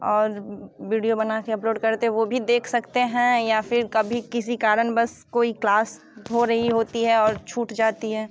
और वीडियो बनाकर अपलोड करते हैं वो भी देख सकते हैं या फिर कभी किसी कारणवश कोई क्लास हो रही होती है और छूट जाती है